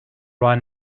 run